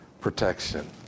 protection